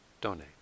donate